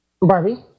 Barbie